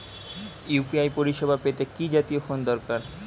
UPI পরিসেবা পেতে কি জাতীয় ফোন দরকার?